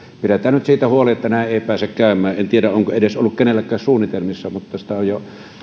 pidetään nyt siitä huoli että näin ei pääse käymään en en tiedä onko kenelläkään ollut edes suunnitelmissa mutta sitä on